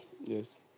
Yes